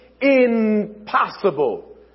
impossible